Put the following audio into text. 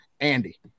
Andy